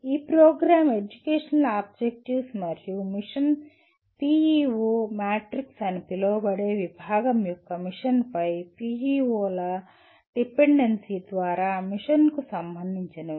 ఈ programme educational objectives mission PEO matrix అని పిలవబడే విభాగం యొక్క మిషన్ పై పిఇఓల డిపెండెన్సీ ద్వారా మిషన్కు సంబంధించినవి